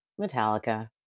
Metallica